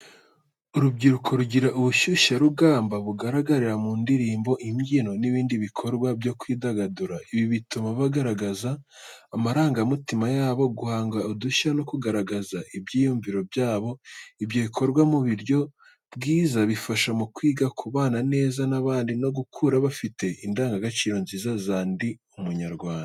Urubyiruko rugira ubushyushyarugamba bugaragarira mu ndirimbo, imbyino n’ibindi bikorwa byo kwidagadura. Ibi bituma bagaragaza amarangamutima yabo, guhanga udushya no kugaragaza ibyiyumviro byabo. Ibyo bikorwa mu buryo bwiza, bifasha mu kwiga, kubana neza n’abandi no gukura bafite indangagaciro nziza, za Ndi Umunyarwanda.